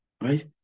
right